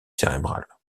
cérébrale